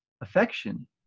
affection